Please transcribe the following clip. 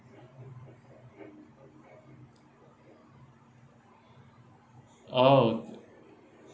orh